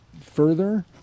further